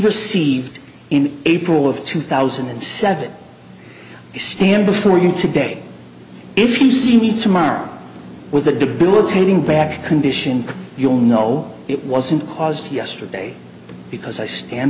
received in april of two thousand and seven stand before you today if you see me tomorrow with a debilitating back condition you'll know it wasn't caused yesterday because i stand